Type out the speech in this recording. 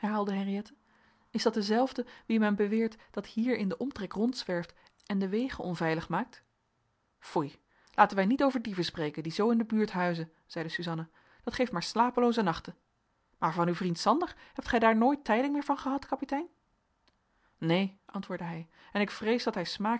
is dat dezelfde wien men beweert dat hier in den omtrek rondzwerft en de wegen onveilig maakt foei laten wij niet over dieven spreken die zoo in de buurt huizen zeide suzanna dat geeft maar slapelooze nachten maar van uw vriend sander hebt gij daar nooit tijding meer van gehad kapitein neen antwoordde hij en ik vrees dat hij smaak